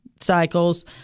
cycles